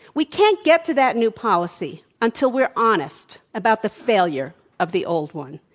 we can't get to that new policy until we're honest about the failure of the old one.